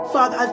Father